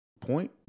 point